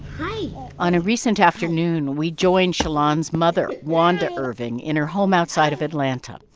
hi on a recent afternoon, we joined shalon's mother, wanda irving, in her home outside of atlanta.